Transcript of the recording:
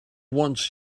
wants